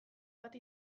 bat